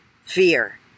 fear